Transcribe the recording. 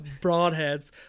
broadheads